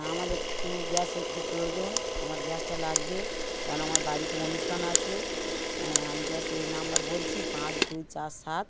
আমার একটু গ্যাসের খুব প্রয়োজন আমার গ্যাসটা লাগবে কেন আমার বাড়িতে অনুষ্ঠান আছে হ্যাঁ আমি গ্যাসের এই নাম্বার বলছি পাঁচ দুই চার সাত